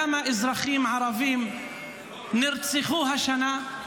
כמה אזרחים ערבים נרצחו השנה?